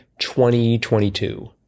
2022